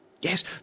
Yes